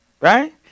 Right